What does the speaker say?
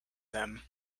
them